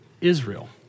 Israel